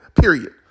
period